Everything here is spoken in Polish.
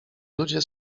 ludzie